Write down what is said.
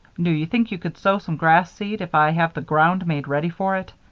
do you think you could sow some grass seed if i have the ground made ready for it?